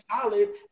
solid